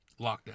lockdown